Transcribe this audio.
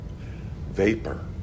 Vapor